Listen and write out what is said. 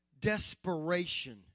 desperation